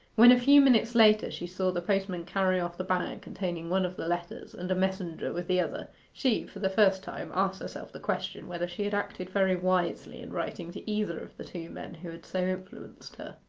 when, a few minutes later, she saw the postman carry off the bag containing one of the letters, and a messenger with the other, she, for the first time, asked herself the question whether she had acted very wisely in writing to either of the two men who had so influenced her.